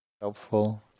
Helpful